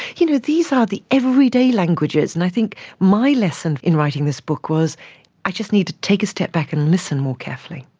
you know these are the everyday languages. and i think my lesson in writing this book was i just need to take a step back and listen more carefully.